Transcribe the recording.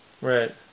right